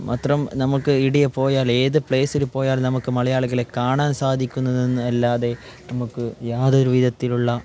മാത്രം നമുക്ക് എടയ് പോയാൽ ഏത് പ്ലേസിൽ പോയാലും നമുക്ക് മലയാളികളെ കാണാൻ സാധിക്കുന്നത് എന്നല്ലാതെ നമുക്ക് യാതൊരു വിധത്തിലുള്ള